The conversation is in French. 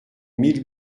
mille